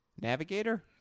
Navigator